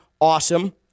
Awesome